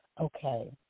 Okay